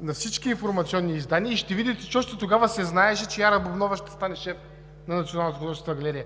на всички информационни издания и ще видим, че още тогава се знаеше, че Яра Бубнова ще стане шеф на Националната художествена галерия.